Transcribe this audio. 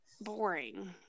boring